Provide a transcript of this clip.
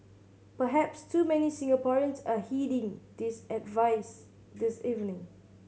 perhaps too many Singaporeans are heeding this advice this evening